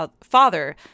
father